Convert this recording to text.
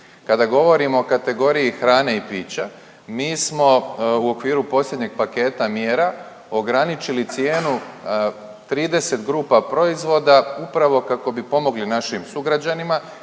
Kada govorimo o kategoriji hrane i pića mi smo u okviru posljednjeg paketa mjera ograničili cijenu 30 grupa proizvoda upravo kako bi pomogli našim sugrađanima